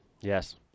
Yes